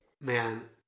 Man